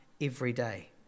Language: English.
everyday